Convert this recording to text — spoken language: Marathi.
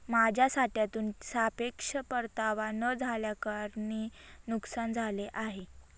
माझ्या साठ्यातून सापेक्ष परतावा न झाल्याकारणाने नुकसान झाले आहे